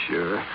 Sure